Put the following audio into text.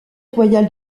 royale